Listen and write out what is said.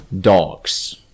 dogs